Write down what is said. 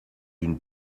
d’une